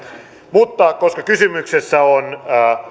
mutta koska kysymyksessä on